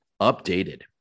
updated